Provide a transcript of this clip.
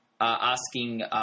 asking